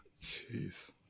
Jeez